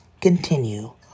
continue